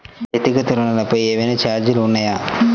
వ్యక్తిగత ఋణాలపై ఏవైనా ఛార్జీలు ఉన్నాయా?